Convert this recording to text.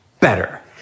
better